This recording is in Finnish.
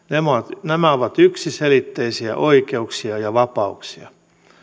nämä ovat nämä ovat yksiselitteisiä oikeuksia ja vapauksia